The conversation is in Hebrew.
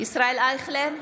ישראל אייכלר,